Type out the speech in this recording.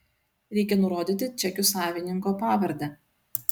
reikia nurodyti čekių savininko pavardę